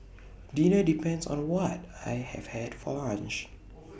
dinner depends on what I have had for lunch